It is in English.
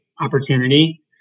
opportunity